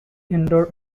indoor